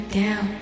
down